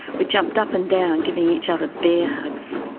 we jumped up and down giving each other bear hugs.